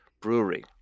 Brewery